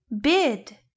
bid